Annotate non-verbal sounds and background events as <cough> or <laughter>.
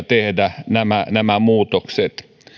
<unintelligible> tehdä nämä nämä muutokset